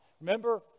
remember